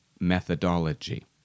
methodology